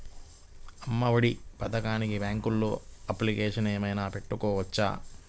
అమ్మ ఒడి పథకంకి బ్యాంకులో అప్లికేషన్ ఏమైనా పెట్టుకోవచ్చా?